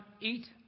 eat